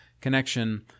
Connection